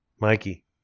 Mikey